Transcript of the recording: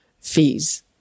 fees